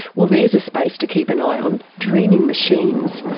well, there's a space to keep an eye on dreaming machines!